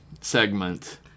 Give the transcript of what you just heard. segment